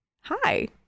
Hi